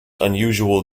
unusual